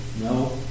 No